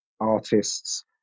artists